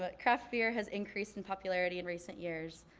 but craft beer has increased in popularity in recent years.